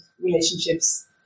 relationships